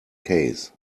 case